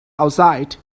outside